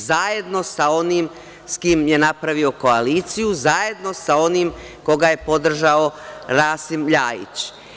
Zajedno sa onim s kim je napravio koaliciju, zajedno sa onim koga je podržao Rasim LJajić.